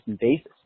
basis